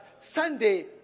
Sunday